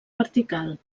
vertical